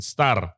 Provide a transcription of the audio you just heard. Star